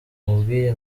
umubwiye